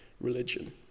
religion